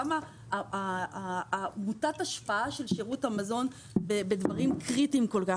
כמה מוטת ההשפעה של שירות המזון בדברים קריטיים כל כך.